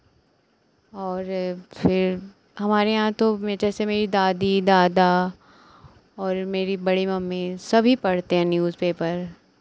और फिर हमारे यहाँ तो जैसे मेरी दादी दादा और मेरी बड़ी मम्मी सभी पढ़ते हैं न्यूज़पेपर